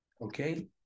okay